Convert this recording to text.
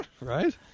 Right